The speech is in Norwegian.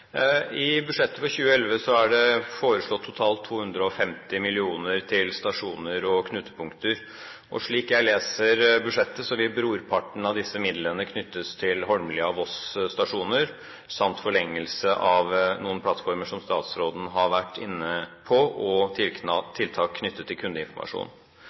knutepunkter. Slik jeg leser budsjettet, vil brorparten av disse midlene knyttes til Holmlia og Voss stasjoner samt forlengelse av noen plattformer – som statsråden har vært inne på – og tiltak knyttet til kundeinformasjon.